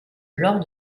lors